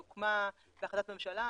היא הוקמה בהחלטת ממשלה,